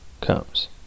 comes